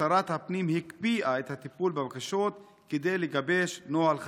שרת הפנים הקפיאה את הטיפול בבקשות כדי לגבש נוהל חדש.